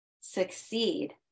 succeed